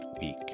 week